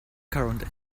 current